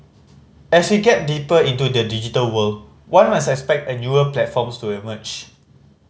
as we get deeper into the digital world one must expect a newer platforms to emerge